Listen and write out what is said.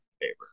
favor